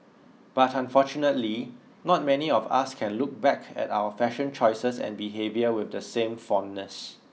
but unfortunately not many of us can look back at our fashion choices and behaviour with the same fondness